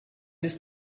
ist